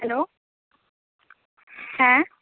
hello হ্যাঁ